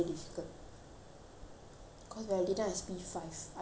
cause valentina is P five I need to give more importance to her